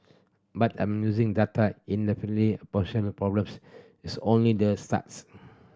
but I'm using data identify a potential problem is only the starts